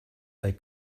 they